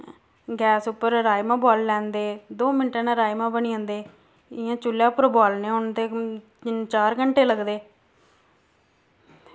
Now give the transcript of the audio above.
gas उप्पर राजमाह् बोआली लैंदे दो मिंटें नै राजमाह् बनी जन्दे इ'यां चुल्ले उप्पर बोआलने होन ते तिन्न चार घैंटे लगदे